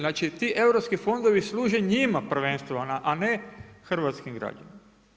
Znači, ti Europski fondovi služe njima prvenstveno, a ne hrvatskim građanima.